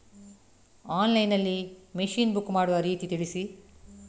Online ನಲ್ಲಿ machine book ಮಾಡುವ ರೀತಿ ತಿಳಿಸಿ?